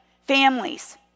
families